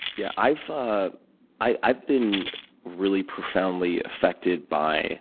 yeah, i've i've been really profoundly affected by